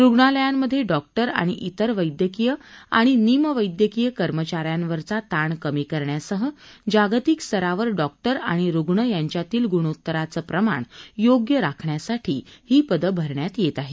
रुम्नालयांमध्ये doctor आणि इतर वैद्यकीय आणि निम वैद्यकीय कर्मचाऱ्यांवरचा ताण कमी करण्यासह जागतिक स्तरावर डॉक्टर आणि रुग्ण यांच्यातील गुणोत्तराचं प्रमाण योग्य राखण्यासाठी ही पदं भरण्यात येत आहेत